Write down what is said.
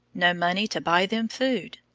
no money to buy them food.